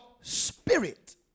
spirit